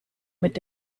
mit